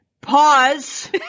Pause